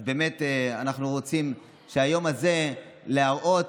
באמת אנחנו רוצים ביום הזה להראות,